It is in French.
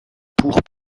pour